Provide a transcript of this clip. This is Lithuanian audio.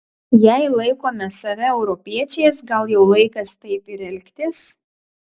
jei laikome save europiečiais gal jau laikas taip ir elgtis